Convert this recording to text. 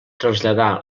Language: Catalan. traslladà